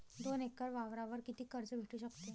दोन एकर वावरावर कितीक कर्ज भेटू शकते?